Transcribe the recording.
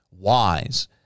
wise